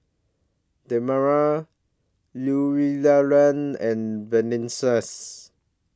Damari Eulalia and